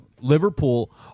Liverpool